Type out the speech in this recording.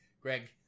Greg